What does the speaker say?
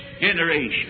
generation